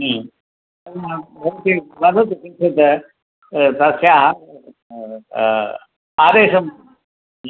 भवती वदतु किञ्चित् तस्याः आ आदेशम्